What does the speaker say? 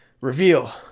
reveal